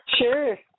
Sure